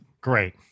Great